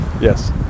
Yes